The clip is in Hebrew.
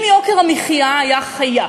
אם יוקר המחיה היה חיה,